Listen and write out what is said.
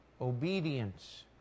Obedience